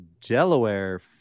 Delaware